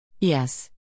Yes